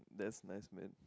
that's nice man